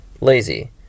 Lazy